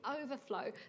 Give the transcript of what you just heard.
overflow